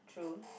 true